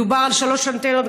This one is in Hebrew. מדובר בשלוש אנטנות,